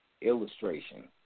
illustration